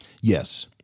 Yes